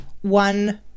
one